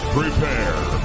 prepare